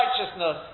righteousness